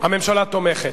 הממשלה תומכת.